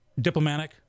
Diplomatic